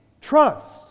trust